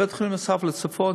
ובית-חולים נוסף לצפון,